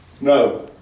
No